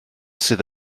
sydd